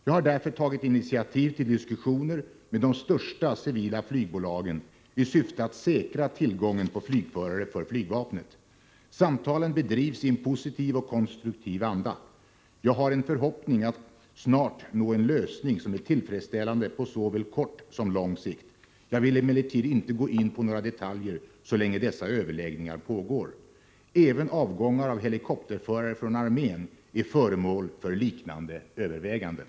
Jag har därför tagit initiativ till diskussioner med de största civila flygbolagen i syfte att säkra tillgången på flygförare för flygvapnet. Samtalen bedrivs i en positiv och konstruktiv anda. Jag har en förhoppning att snart nå en lösning som är tillfredsställande på såväl kort som lång sikt. Jag vill emellertid inte gå in på några detaljer så länge dessa överläggningar pågår. Även avgångar av helikopterförare från armén är föremål för liknande överväganden.